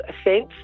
offence